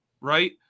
right